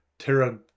Terra